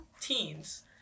Teens